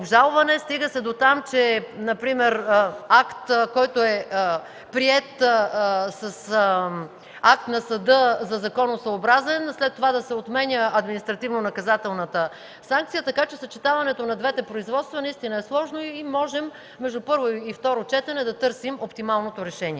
стига дотам, че акт, приет с акт на съда за законосъобразен, след това административнонаказателната санкция се отменя. Съчетаването на двете производства наистина е сложно и можем между първо и второ четене да търсим оптималното решение.